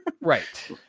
Right